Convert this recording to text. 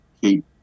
keep